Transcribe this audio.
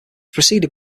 preceded